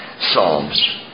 Psalms